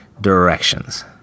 directions